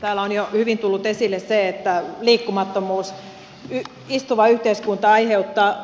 täällä on jo hyvin tullut esille se että liikkumattomuus istuva yhteiskunta aiheuttaa